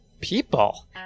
people